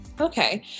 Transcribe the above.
Okay